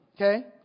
okay